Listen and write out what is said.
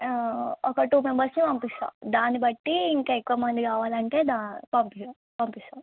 ఒక టూ మెంబర్స్తో పంపిస్తాను దాన్ని బట్టీ ఇంకా ఎక్కువ మంది కావాలి అంటే దా పంపించము పంపిస్తాను